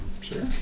sure